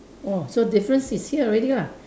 oh so difference is here already lah